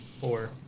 Four